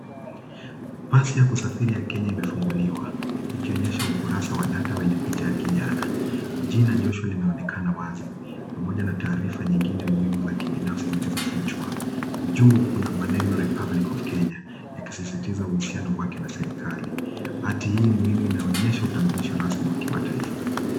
Pasi ya kusafiria ya Kenya imefunguliwa ikionyesha ukurasa wa data yenye picha ya kijana, jina linaonekana wazi pamoja na taarifa nyingine muhimu za kibinafsi zilizofichwa. Juu kuna maneno Republic of Kenya yakisisitiza uhusiano wake na serikali. Gari hili muhimu inaonyesha utambulisho rasmi wa kimataifa.